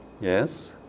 Yes